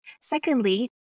Secondly